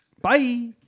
Bye